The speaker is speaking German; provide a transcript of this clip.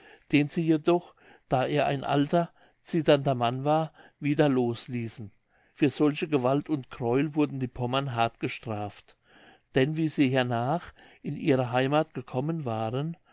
den sie jedoch da er ein alter zitternder mann war wieder los ließen für solche gewalt und gräuel wurden die pommern hart gestraft denn wie sie hernach in ihre heimath gekommen waren